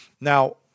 Now